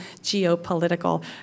geopolitical